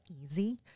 easy